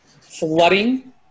flooding